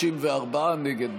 54 נגד,